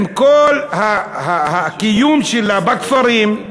עם כל הקיום שלה בכפרים,